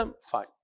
fine